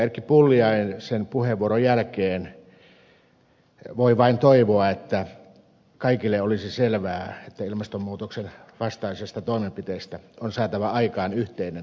erkki pulliaisen puheenvuoron jälkeen voi vain toivoa että kaikille olisi selvää että ilmastonmuutoksen vastaisista toimenpiteistä on saatava aikaan yhteinen pitävä sopimus